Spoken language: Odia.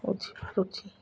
ବୁଝିପାରୁଛି